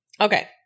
Okay